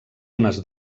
ones